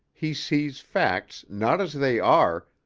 he sees facts not as they are,